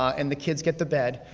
and the kids get the bed,